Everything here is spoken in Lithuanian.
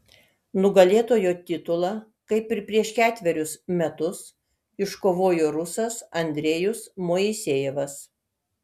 nugalėtojo titulą kaip ir prieš ketverius metus iškovojo rusas andrejus moisejevas